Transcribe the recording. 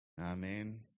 Amen